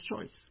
choice